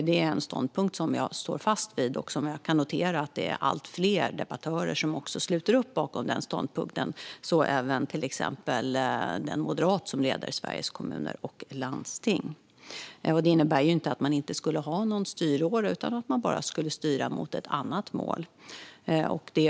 Det är en ståndpunkt som jag står fast vid, och jag kan notera att allt fler debattörer sluter upp bakom den ståndpunkten, så även till exempel den moderat som leder Sveriges Kommuner och Landsting. Det innebär inte att man inte skulle ha någon styråra utan att man bara skulle styra mot ett annat mål.